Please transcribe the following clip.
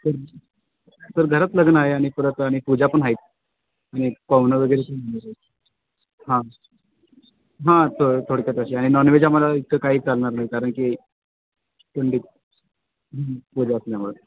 sir sir घरात लग्न आहे आणि परत आणि पूजा पण आहेत आणि पाहुणं वगैरे पण येणार आहेत हां हां थो थोडक्यात अशी आणि नॉनव्हेज आम्हाला इतकं काही चालणार नाही कारणकी पंडित पूजा असल्यामुळं